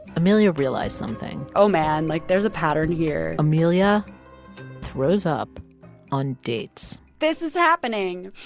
amelia realized something oh, man. like, there's a pattern here amelia throws up on dates this is happening.